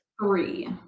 Three